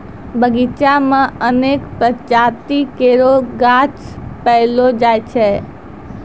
बगीचा म अनेक प्रजाति केरो गाछ पैलो जाय छै